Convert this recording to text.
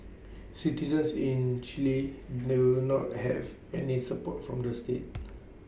citizens in Chile do not have any support from the state